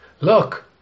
Look